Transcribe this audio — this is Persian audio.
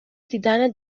دیدن